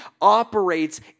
operates